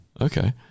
Okay